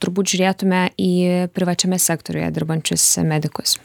turbūt žiūrėtume į privačiame sektoriuje dirbančius medikus